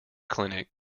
clinic